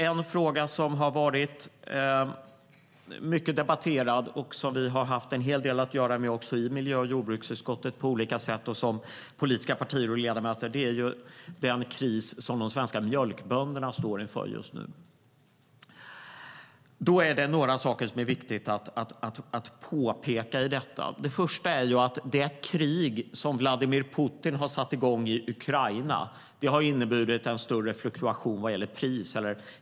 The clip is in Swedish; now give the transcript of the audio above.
En fråga som har varit mycket debatterad och som vi har haft en hel del att göra med också i miljö och jordbruksutskottet på olika sätt och som politiska partier och ledamöter är den kris som de svenska mjölkbönderna står inför just nu. Det är några saker som är viktiga att påpeka i detta. Det första är att det krig som Vladimir Putin har satt igång i Ukraina har inneburit en större fluktuation vad gäller pris.